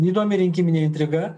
įdomi rinkiminė intriga